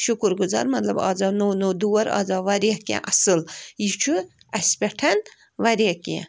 شُکُر گُزار مطلب اَز آو نوٚو نوٚو دور اَز آو وارِیاہ کیٚنٛہہ اَصٕل یہِ چھُ اَسہِ پٮ۪ٹھ وارِیاہ کیٚنٛہہ